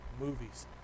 movies